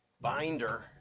binder